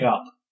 up